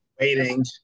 waiting